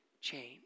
change